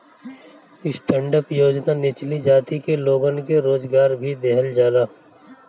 stand up योजना निचली जाति के लोगन के रोजगार भी देहल जाला